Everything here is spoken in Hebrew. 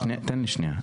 תן לי שנייה,